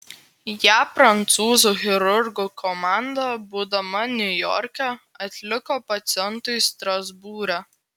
ją prancūzų chirurgų komanda būdama niujorke atliko pacientui strasbūre